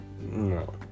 no